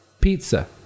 pizza